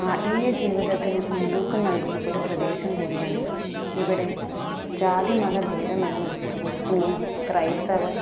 ആത്മീയ ജീവിതത്തിന് മുൻതൂക്കം നൽകുന്ന ഒരു പ്രദേശം കൂടിയാണിത് ഇവിടെ ജാതിമതഭേദമെന്യേ മുസ്ലിം ക്രൈസ്തവ